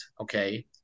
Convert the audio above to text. okay